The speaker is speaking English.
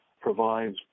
provides